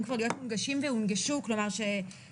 אז בואו לפחות נעשה הפרדה בעניין הזה: רשויות חלשות